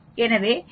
எனவே 0